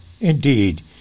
indeed